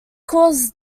caused